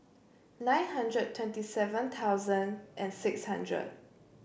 nine hundred twenty seven thousand and six hundred